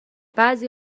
بعضی